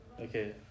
okay